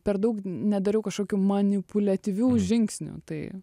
per daug nedariau kažkokių manipuliatyvių žingsnių tai